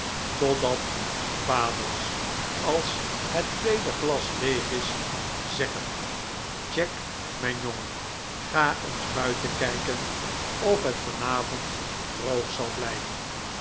totdat vaders als het tweede glas leeg is zeggen jack mijn jongen ga eens buiten kijken of het vanavond droog zal blijven